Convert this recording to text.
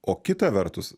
o kita vertus